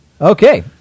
Okay